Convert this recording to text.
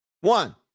One